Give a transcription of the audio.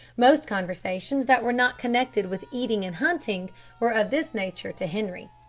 most conversations that were not connected with eating and hunting were of this nature to henri.